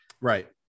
right